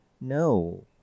no